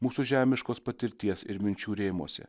mūsų žemiškos patirties ir minčių rėmuose